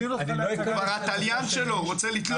הוא התליין שלו, הוא רוצה לתלות אותו.